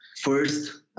First